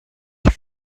est